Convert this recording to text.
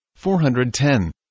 410